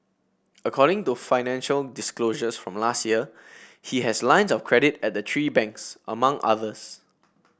according to financial disclosures from last year he has lines of credit at the three banks among others